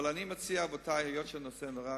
אבל אני מציע, רבותי, היות שהנושא מאוד חשוב,